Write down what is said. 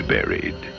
Buried